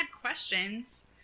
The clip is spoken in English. questions